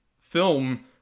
film